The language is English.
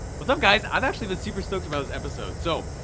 what's up guys? i've actually been super stoked about this episode. so,